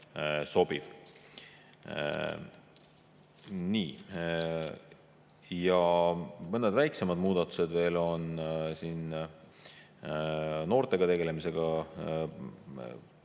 sobiv. Nii, mõned väiksemad muudatused on veel noortega tegelemise